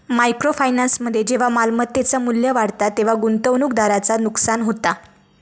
micro फायनान्समध्ये जेव्हा मालमत्तेचा मू्ल्य वाढता तेव्हा गुंतवणूकदाराचा नुकसान होता